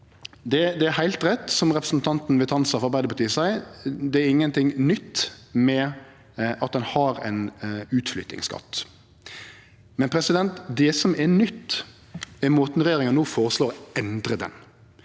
Det er heilt rett som representanten Vitanza frå Arbeidarpartiet seier: Det er ingenting nytt med at ein har ein utflyttingsskatt. Det som er nytt, er måten regjeringa no føreslår å endre han